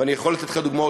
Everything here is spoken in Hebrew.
ואני יכול לתת לך דוגמאות,